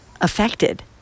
affected